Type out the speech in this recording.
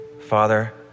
Father